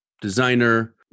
designer